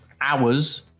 hours